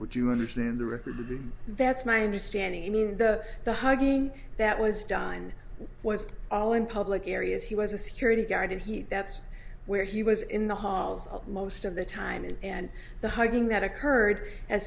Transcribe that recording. would you understand the record that's my understanding i mean the the hugging that was done was all in public areas he was a security guard and he that's where he was in the halls most of the time and the hugging that occurred a